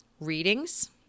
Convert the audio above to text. readings